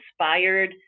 inspired